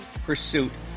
pursuit